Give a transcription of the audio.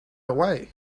away